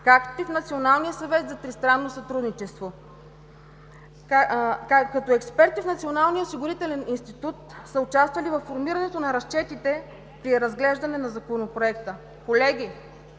както и в Националния съвет за тристранно сътрудничество, като експерти в Националния осигурителен институт са участвали във формирането на разчетите при разглеждане на Законопроекта. Колеги,